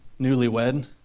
Newlywed